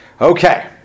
Okay